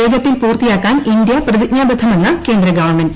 വേഗത്തിൽ പൂർത്തിയാക്കാൻ് ഇന്ത്യ പ്രതിജ്ഞാബദ്ധമെന്ന് കേന്ദ്ര ഗവൺമെന്റ